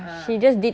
uh